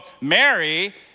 Mary